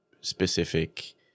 specific